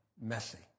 messy